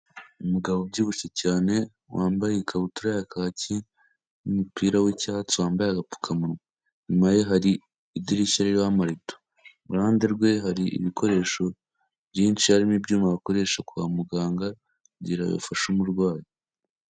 Umugabo ubyibushye cyane wambaye ikabutura ya kaki n'umupira w'icyatsi wambaye agapfukamunwa. Inyuma ye hari idirishya ririho amarido, iruhande rwe hari ibikoresho byinshi harimo ibyuma bakoresha kwa muganga kugira bafashe umurwayi.